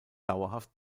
dauerhaft